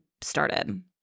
started